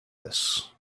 this